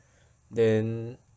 then